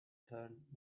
turned